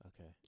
Okay